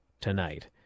tonight